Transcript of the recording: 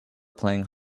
playing